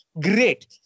Great